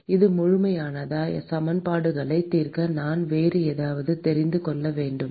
இது முழுமையானதா சமன்பாடுகளைத் தீர்க்க நான் வேறு ஏதாவது தெரிந்து கொள்ள வேண்டுமா